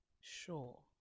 sure